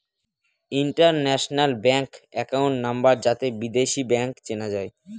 international bank account number যাতে বিদেশী bank চেনা যায়